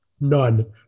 None